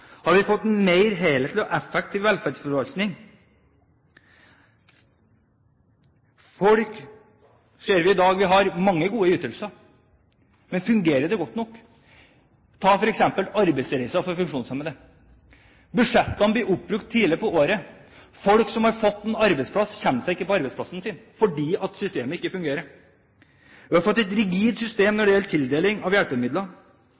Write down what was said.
Har vi fått en mer helhetlig og effektiv velferdsforvaltning? Vi ser i dag at vi har mange gode ytelser, men fungerer de godt nok? Ta f.eks. arbeidsreiser for funksjonshemmede: Budsjettene blir oppbrukt tidlig på året. Folk som har fått en arbeidsplass, kommer seg ikke på arbeidsplassen sin fordi systemet ikke fungerer. Vi har fått et rigid system når det gjelder tildeling av hjelpemidler,